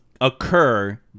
Occur